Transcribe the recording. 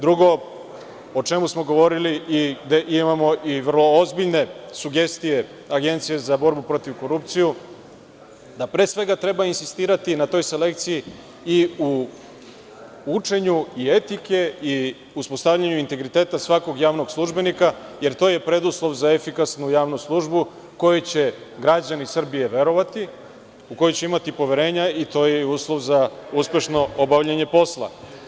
Drugo, o čemu smo govorili i gde imamo i vrlo ozbiljne sugestije Agencije za borbu protiv korupcije, da pre svega treba insistirati na toj selekciji i u učenju i etike i uspostavljanju integriteta svakog javnog službenika, jer to je preduslov za efikasnu javnu službu kojoj će građani Srbije verovati, u koje će imati poverenja i to je uslov za uspešno obavljanje posla.